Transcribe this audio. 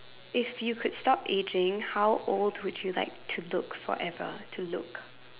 if you could stop aging how old would you like to look forever to look